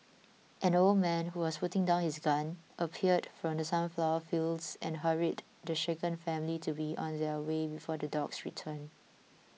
an old man who was putting down his gun appeared from the sunflower fields and hurried the shaken family to be on their way before the dogs return